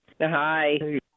Hi